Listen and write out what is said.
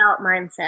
mindset